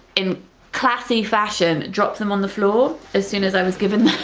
in classy fashion. drop them on the floor as soon as i was given them,